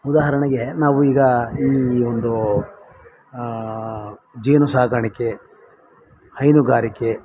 ಉದಾಹರಣೆಗೆ ನಾವು ಈಗ ಈ ಒಂದು ಜೇನುಸಾಕಾಣಿಕೆ ಹೈನುಗಾರಿಕೆ